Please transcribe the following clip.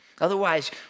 Otherwise